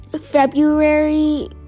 February